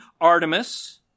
Artemis